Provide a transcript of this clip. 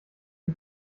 die